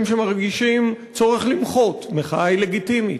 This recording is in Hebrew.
יש אנשים שמרגישים צורך למחות, מחאה היא לגיטימית,